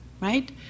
right